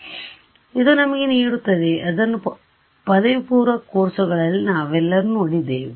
ಆದ್ದರಿಂದ ಇದು ನಮಗೆ ನೀಡುತ್ತದೆ ಇದನ್ನು ಪದವಿಪೂರ್ವ ಕೋರ್ಸ್ಗಳಲ್ಲಿ ನಾವೆಲ್ಲರೂ ನೋಡಿದ್ದೇವೆ